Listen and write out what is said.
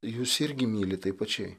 jus irgi myli taip pačiai